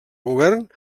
govern